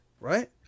Right